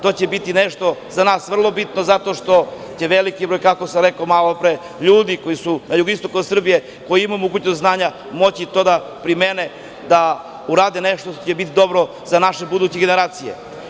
To će biti nešto za nas vrlo bitno zato što će veliki broj, kako sam rekao malopre, ljudi koji su na jugoistoku Srbije, koji imaju mogućnost znanja, moći to da primene, da urade nešto što će biti dobro za naše buduće generacije.